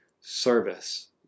service